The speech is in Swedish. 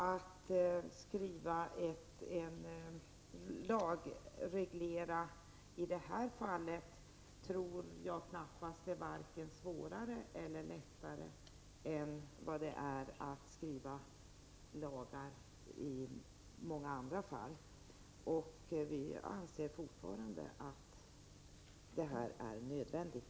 Att lagreglera i det här fallet tror jag varken är svårare eller lättare än att skriva lagar i många andra fall. Vi anser fortfarande att det här är nödvändigt.